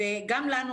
גם לנו,